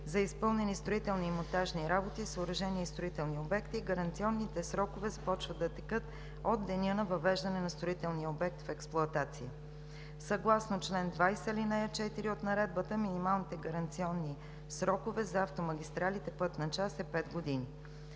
за изпълнени строителни монтажни работи, съоръжения и строителни обекти гаранционните срокове започват да текат от деня на въвеждане на строителния обект в експлоатация. Съгласно чл. 20, ал. 4 от Наредбата минималните гаранционни срокове за автомагистралите – пътна част, е пет години.